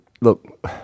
Look